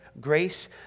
grace